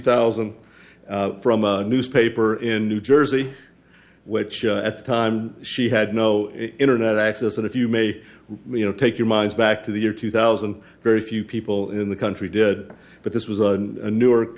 thousand from a newspaper in new jersey which at the time she had no internet access if you may we know take your minds back to the year two thousand very few people in the country did but this was and newark